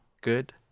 good